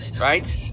Right